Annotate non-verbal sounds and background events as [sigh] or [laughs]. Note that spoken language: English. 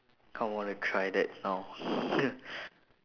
kind of wanna try that now [laughs]